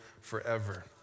forever